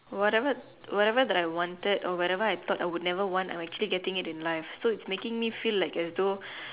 whatever whatever that I wanted or whatever I thought I would never want I am actually getting it in life so it's making me feel like as though